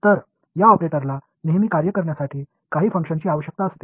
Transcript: तर या ऑपरेटरला नेहमी कार्य करण्यासाठी काही फंक्शनची आवश्यकता असते